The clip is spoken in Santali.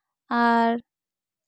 ᱟᱨ